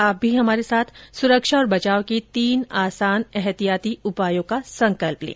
आप भी हमारे साथ सुरक्षा और बचाव के तीन आसान एहतियाती उपायों का संकल्प लें